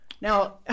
now